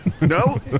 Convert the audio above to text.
No